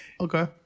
okay